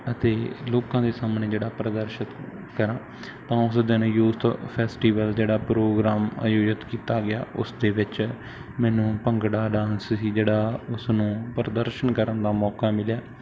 ਅਤੇ ਲੋਕਾਂ ਦੇ ਸਾਹਮਣੇ ਜਿਹੜਾ ਪ੍ਰਦਰਸ਼ਨ ਕਰਾਂ ਤਾਂ ਉਸ ਦਿਨ ਯੂਥ ਫੈਸਟੀਵਲ ਜਿਹੜਾ ਪ੍ਰੋਗਰਾਮ ਆਯੋਜਿਤ ਕੀਤਾ ਗਿਆ ਉਸ ਦੇ ਵਿੱਚ ਮੈਨੂੰ ਭੰਗੜਾ ਡਾਂਸ ਸੀ ਜਿਹੜਾ ਉਸ ਨੂੰ ਪ੍ਰਦਰਸ਼ਨ ਕਰਨ ਦਾ ਮੌਕਾ ਮਿਲਿਆ